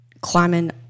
climbing